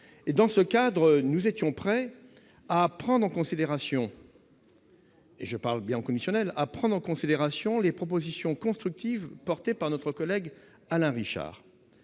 et dans ce cadre, nous étions prêts à prendre en considération. Et je parle bien commissionnaire à prendre en considération les propositions constructives porté par notre collègue Alain Richard,